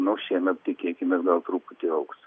nors šiemet tikėkimės gal truputį augs